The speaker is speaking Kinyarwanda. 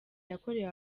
yakorewe